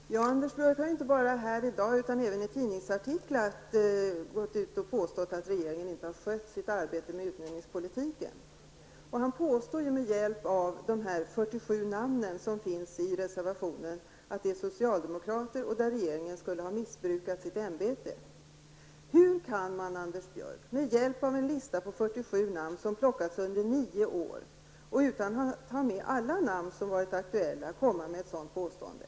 Herr talman! Anders Björck har ju inte bara här i dag, utan även i tidningsartiklar, gått ut och påstått att regeringen inte har skött sitt arbete med utnämningspolitiken. Han påstår, med hjälp av dessa 47 namn som finns i reservationen, att det är socialdemokrater och att regeringen där skulle ha missbrukat sitt ämbete. Hur kan man, Anders Björck, med hjälp av en lista på 47 namn som plockats under nio år, och utan att ta med alla namn som varit aktuella, komma med ett sådant påstående?